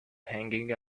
hanging